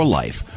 life